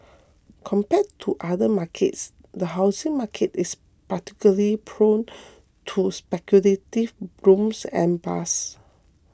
compared to other markets the housing market is particularly prone to speculative booms and bus